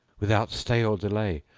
without stay or delay,